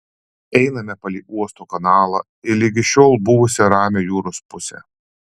einame palei uosto kanalą į ligi šiol buvusią ramią jūros pusę